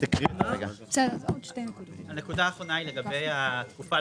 רוויזיה על הסתייגות מספר 2. מי בעד קבלת הרוויזיה?